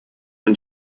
und